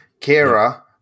Kira